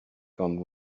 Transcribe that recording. gone